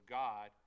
god